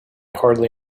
hardly